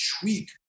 tweak